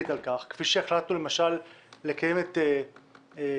על כך כפי שהחלטנו למשל לקיים את הישיבה